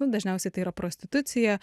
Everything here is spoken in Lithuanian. nu dažniausiai tai yra prostitucija